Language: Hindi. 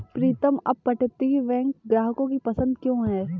प्रीतम अपतटीय बैंक ग्राहकों की पसंद क्यों है?